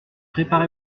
préparé